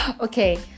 Okay